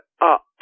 up